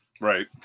Right